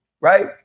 right